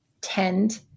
tend